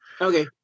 Okay